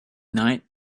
night